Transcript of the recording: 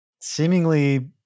seemingly